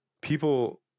people